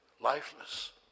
lifeless